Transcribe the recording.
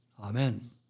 Amen